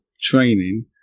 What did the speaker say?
training